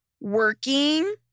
working